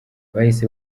bahise